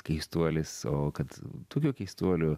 keistuolis o kad tokiu keistuoliu